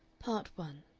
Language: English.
part one